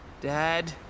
Dad